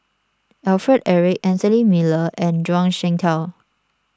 Alfred Eric Anthony Miller and Zhuang Shengtao